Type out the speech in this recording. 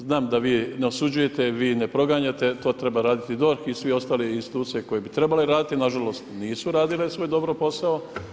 Znam da vi ne osuđujete, vi ne proganjate, to treba raditi DORH i svi ostale institucije koje bi trebale raditi, nažalost nisu radile svoj dobro posao.